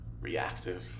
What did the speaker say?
reactive